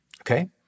okay